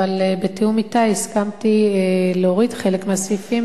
אבל בתיאום אתה הסכמתי להוריד חלק מהסעיפים,